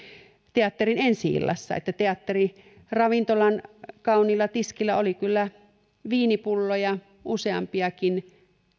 teatterin ensi illassa teatteriravintolan kauniilla tiskillä oli kyllä viinipulloja useampiakin